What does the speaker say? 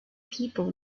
people